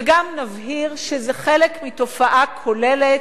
וגם נבהיר שזה חלק מתופעה כוללת,